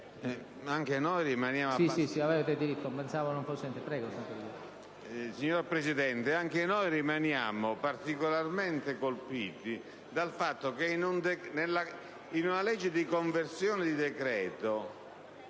anche noi rimaniamo particolarmente colpiti dal fatto che, in una legge di conversione di un